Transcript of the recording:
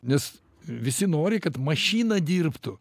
nes visi nori kad mašina dirbtų